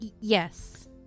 Yes